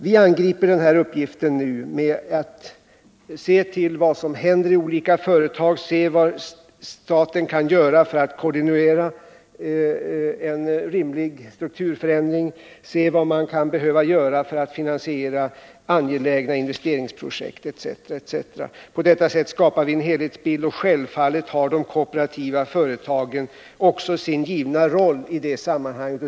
Vi ser nu till vad som händer i olika företag, vi ser vad staten kan göra för att koordinera en rimlig strukturförändring, vi ser vad man kan behöva göra för att finansiera angelägna projekt etc. På detta sätt skapar vi en helhetsbild. Självfallet har de kooperativa företagen också sin givna roll i det sammanhanget.